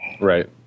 Right